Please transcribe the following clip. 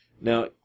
Now